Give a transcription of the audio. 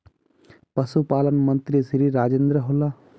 पशुपालन मंत्री श्री राजेन्द्र होला?